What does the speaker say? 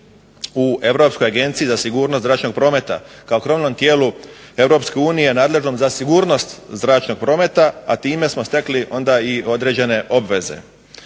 u Europskoj agenciji za sigurnost zračnog prometa kao krovnom tijelu EU nadležnom za sigurnost zračnog prometa, a time smo stekli onda i određene obveze.